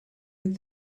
with